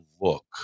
look